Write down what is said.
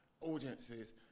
audiences